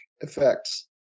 effects